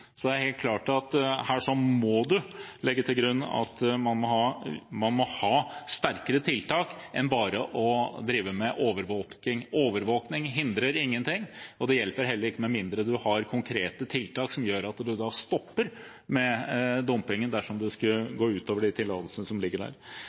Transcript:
Det er helt klart at her må man legge til grunn at man må ha sterkere tiltak enn bare å drive med overvåking. Overvåking hindrer ingenting og hjelper heller ikke, med mindre man har konkrete tiltak som gjør at man stopper med dumpingen dersom